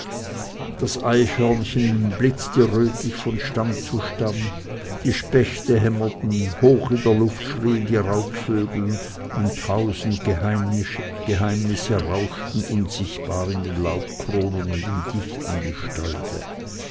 das eichhörnchen blitzte rötlich von stamm zu stamm die spechte hämmerten hoch in der luft schrieen die raubvögel und tausend geheimnisse rauschten unsichtbar in den laubkronen und im dichten